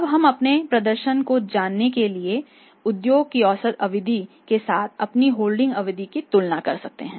अब हम अपने प्रदर्शन को जानने के लिए उद्योग की औसत अवधि के साथ अपनी होल्डिंग अवधि की तुलना कर सकते हैं